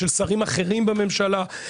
של שרים אחרים בממשלה,